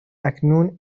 اکنون